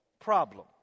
problem